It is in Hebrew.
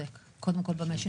במסילות וכדומה כאשר